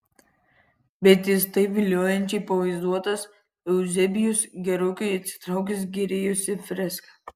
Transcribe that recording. bet jis taip viliojančiai pavaizduotas euzebijus gerokai atsitraukęs gėrėjosi freska